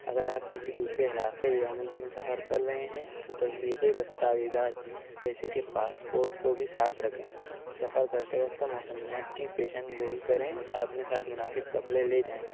اگر آپ کسی دوسرے علاقے یا ملک میں سفر کر رہے ہیں تو تصدیقی دستاویزات جیسے کہ پاسپورٹ کو بھی ساتھ رکھیں سفر کرتے وقت موسمیات کی پیشن گوئی کریں اور اپنے ساتھ مناسب کپڑے لے جائیں